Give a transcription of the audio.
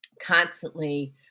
constantly